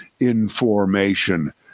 Information